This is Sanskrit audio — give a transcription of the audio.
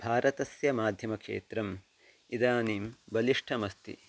भारतस्य माध्यमक्षेत्रम् इदानीं बलिष्ठमस्ति